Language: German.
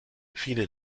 viele